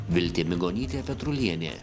viltė migonytė petrulienė